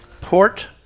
port